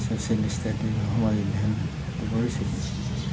social study সমাজ অধ্যায়নতো পঢ়িছিলোঁ